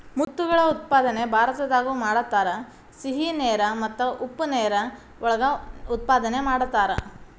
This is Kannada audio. ಮುತ್ತುಗಳ ಉತ್ಪಾದನೆ ಭಾರತದಾಗು ಮಾಡತಾರ, ಸಿಹಿ ನೇರ ಮತ್ತ ಉಪ್ಪ ನೇರ ಒಳಗ ಉತ್ಪಾದನೆ ಮಾಡತಾರ